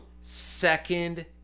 second